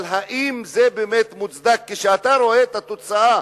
אבל האם זה באמת מוצדק כשאתה רואה את התוצאה?